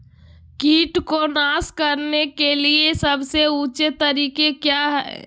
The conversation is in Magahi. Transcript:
किट को नास करने के लिए सबसे ऊंचे तरीका काया है?